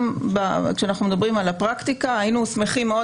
גם כשאנחנו מדברים על הפרקטיקה היינו שמחים מאוד